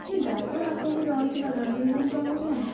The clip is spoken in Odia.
ନାଇଁ ଡ୍ରାଇଭର୍ ଆପଣଙ୍କୁ ଜଣେଇଛି ନ ଜଣେଇଛି ମୁଁ ଜଣଉଛି ନା ନାହିଁ